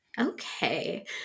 Okay